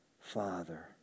Father